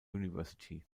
university